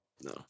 no